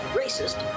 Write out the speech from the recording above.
racist